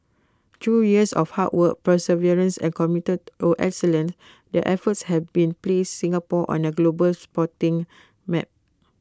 through years of hard work perseverance and commitment or excellence their efforts have been placed Singapore on the global sporting map